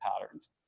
patterns